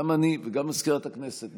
גם אני וגם מזכירת הכנסת,